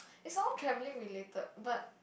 is all travelling related but